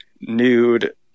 nude